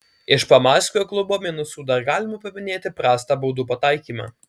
iš pamaskvio klubo minusų dar galima paminėti prastą baudų pataikymą